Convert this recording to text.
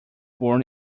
born